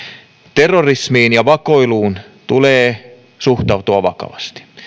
terrorismiin ja vakoiluun tulee suhtautua vakavasti